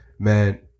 man